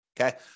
Okay